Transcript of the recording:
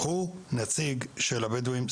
קחו נציג של הבדואים,